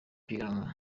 piganwa